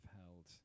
held